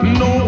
no